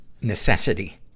necessity